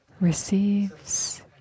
receives